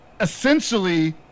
essentially